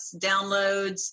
downloads